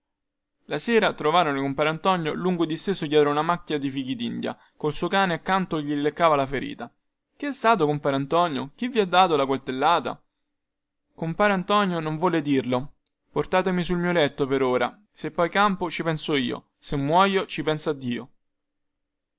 la sera trovarono compar antonio lungo disteso dietro una macchia di fichidindia col suo cane accanto che gli leccava la ferita che è stato compare antonio chi vi ha dato la coltellata compare antonio non volle dirlo portatemi sul mio letto per ora se poi campo ci penso io se muoio ci pensa dio